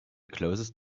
closest